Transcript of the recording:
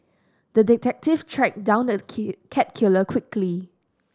the detective tracked down the cat killer quickly